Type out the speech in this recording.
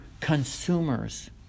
consumers